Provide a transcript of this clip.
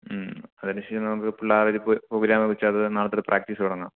മ്മ് അതിന് ശേഷം നമുക്ക് പിള്ളേരുടെ അടുത്ത് പ്രോഗ്രാമ് വെച്ചത് നാളെതൊട്ട് പ്രാക്റ്റീസ് തുടങ്ങാം